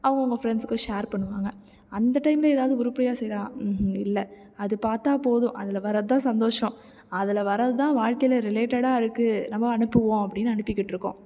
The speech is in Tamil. அவங்கவுங்க ஃப்ரெண்ட்ஸுக்கு ஷேர் பண்ணுவாங்க அந்த டைமில் ஏதாவது உருப்படியாக செய்தால் ம்ஹூம் இல்லை அது பார்த்தா போதும் அதில் வர்றது தான் சந்தோஷம் அதில் வர்றது தான் வாழ்க்கையில் ரிலேட்டடாக இருக்குது நம்ம அனுப்புவோம் அப்படின்னு அனுப்பிக்கிட்டுருக்கோம்